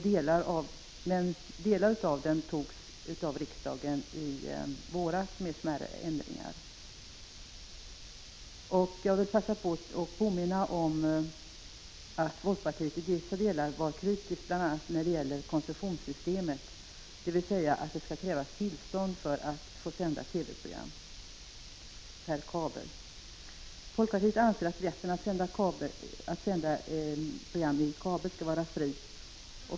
Delar av propositionen antogs av riksdagen i våras med smärre ändringar. Jag vill passa på att påminna om att folkpartiet i dessa delar var kritiskt till bl.a. koncessionssystemet, dvs. att det skall krävas tillstånd för att få sända TV-program. Folkpartiet anser att rätten att sända program i kabel skall vara fri.